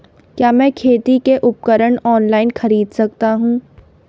क्या मैं खेती के उपकरण ऑनलाइन खरीद सकता हूँ?